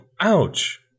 Ouch